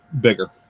Bigger